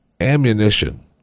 ammunition